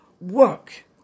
work